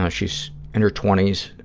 ah she's in her twenty s,